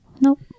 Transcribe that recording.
nope